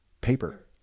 paper